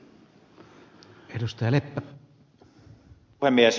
arvoisa puhemies